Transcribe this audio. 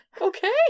Okay